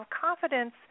confidence